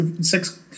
six